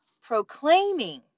proclaiming